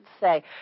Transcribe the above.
say